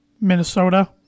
Minnesota